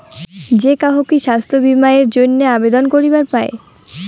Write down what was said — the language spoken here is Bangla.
যে কাহো কি স্বাস্থ্য বীমা এর জইন্যে আবেদন করিবার পায়?